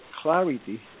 clarity